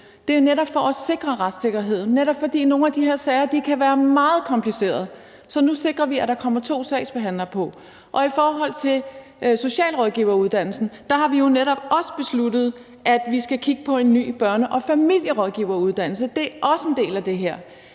Det er netop for at sikre retssikkerheden, for nogle af de her sager kan være meget komplicerede. Så nu sikrer vi, at der kommer to sagsbehandlere på. Og i forhold til socialrådgiveruddannelsen har vi jo netop også besluttet, at vi skal kigge på en ny børne- og familierådgiveruddannelse. Det er også en del af det her.